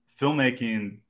filmmaking